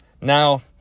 Now